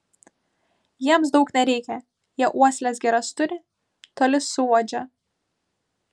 jiems daug nereikia jie uosles geras turi toli suuodžia